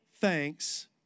thanks